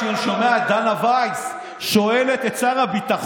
כשאני שומע את דנה וייס שואלת את שר הביטחון: